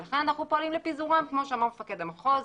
אנחנו פועלים לפיזורם, כמו שאמר מפקד המחוז.